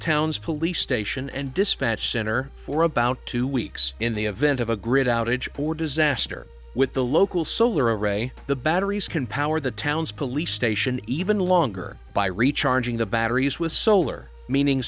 town's police station and dispatch center for about two weeks in the event of a grid outage bore disaster with the local solar array the batteries can power the town's police station even longer by recharging the batteries with solar meaning